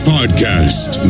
Podcast